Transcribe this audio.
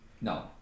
no